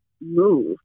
move